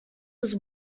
was